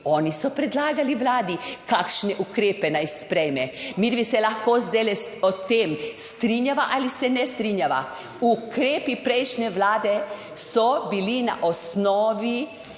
oni so predlagali vladi kakšne ukrepe naj sprejme. Midve se lahko zdaj o tem strinjava ali se ne strinjava. Ukrepi prejšnje vlade so bili na osnovi